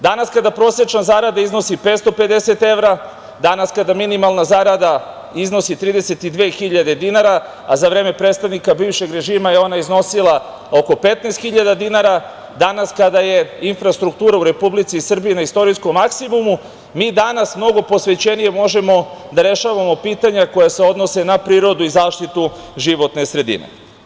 Danas kada prosečna zarada iznosi 550 evra, danas kada minimalna zarada iznosi 32 hiljade dinara, a za vreme predstavnika bivšeg režima je iznosila oko 15 hiljada dinara, danas kada je infrastruktura u Republici Srbiji ne istorijskom maksimumu, mi danas mnogo posvećenije možemo da rešavamo pitanja koja se odnose na prirodu i zaštitu životne sredine.